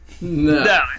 No